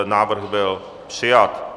Návrh byl přijat.